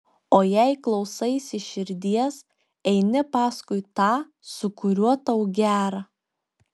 o jei klausaisi širdies eini paskui tą su kuriuo tau gera